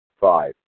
Five